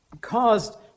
caused